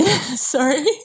sorry